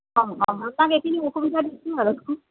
অঁ অঁ অসুবিধা